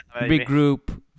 regroup